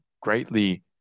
greatly